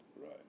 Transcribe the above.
Right